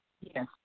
Yes